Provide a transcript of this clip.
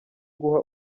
guha